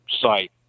site